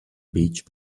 beach